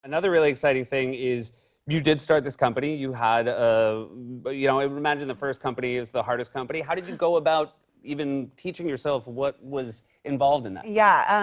another really exciting thing is you did start this company. you had, ah but you know i imagine the first company is the hardest company. how did you go about even teaching yourself what was involved in that? yeah,